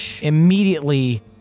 immediately